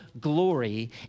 glory